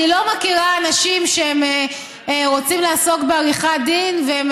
אני לא מכירה אנשים שרוצים לעסוק בעריכת דין והם